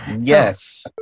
Yes